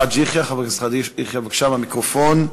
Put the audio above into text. חבר הכנסת חאג' יחיא, בבקשה, מהמיקרופון.